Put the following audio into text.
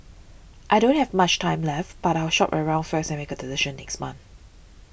I don't have much time left but I'll shop around first and make a decision next month